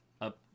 up